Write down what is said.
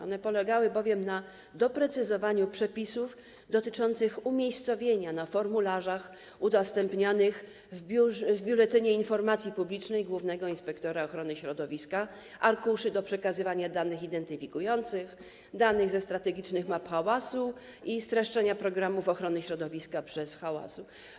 One polegały bowiem na doprecyzowaniu przepisów dotyczących umiejscowienia na formularzach udostępnianych w Biuletynie Informacji Publicznej Głównego Inspektora Ochrony Środowiska arkuszy do przekazywania danych identyfikujących, danych ze strategicznych map hałasu i streszczenia programu ochrony środowiska przed hałasem.